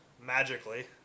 magically